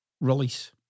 release